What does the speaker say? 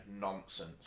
nonsense